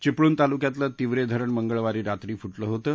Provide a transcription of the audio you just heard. विपळूण तालुक्यातलं तिवरे धरण मंगळवारी रात्री फुटलं होतं